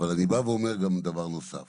אבל אני בא ואומר גם דבר נוסף,